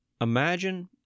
imagine